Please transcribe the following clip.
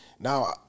Now